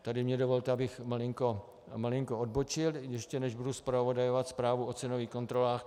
Tady mi dovolte, abych malinko odbočil, ještě než budu zpravodajovat zprávu o cenových kontrolách.